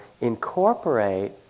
incorporate